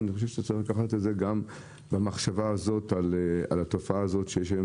אני חושב שצריך לחשוב גם על התופעה הזאת שיש היום,